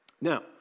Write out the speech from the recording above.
Now